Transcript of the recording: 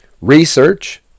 research